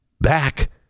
Back